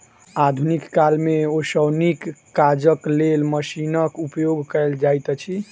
आधुनिक काल मे ओसौनीक काजक लेल मशीनक उपयोग कयल जाइत अछि